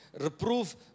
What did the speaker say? Reprove